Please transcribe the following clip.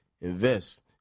Invest